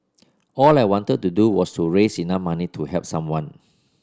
all I wanted to do was to raise enough money to help someone